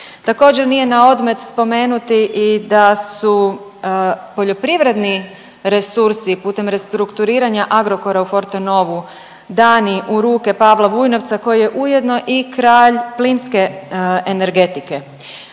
Također nije na odmet spomenuti i da su poljoprivredni resursi putem restrukturiranja Agrokora u Fortenovu dani u ruke Pavla Vujnovca koji je ujedno i kralj plinske energetike,